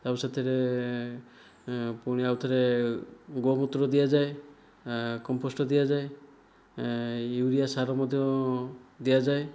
ତା'ପରେ ସେଥିରେ ପୁଣି ଆଉ ଥରେ ଗୋମୂତ୍ର ଦିଆଯାଏ କମ୍ପୋଷ୍ଟ ଦିଆଯାଏ ୟୁରିଆ ସାର ମଧ୍ୟ ଦିଆଯାଏ